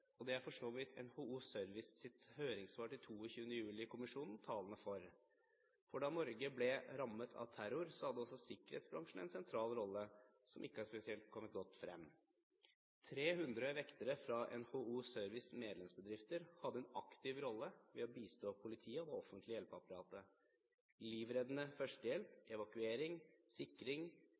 og det er for så vidt NHO Service sitt høringssvar til 22. juli-kommisjonen talende for. Da Norge ble rammet av terror, hadde også sikkerhetsbransjen en sentral rolle, noe som ikke har kommet spesielt godt frem. 300 vektere fra NHO Service sine medlemsbedrifter hadde en aktiv rolle i å bistå politiet og det offentlige hjelpeapparatet: livreddende førstehjelp, evakuering, sikring,